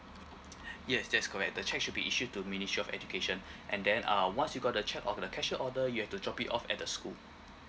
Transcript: yes that's correct the cheque should be issued to ministry of education and then uh once you got the cheque or the cashier order you have to drop it off at the school